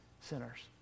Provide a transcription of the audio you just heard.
sinners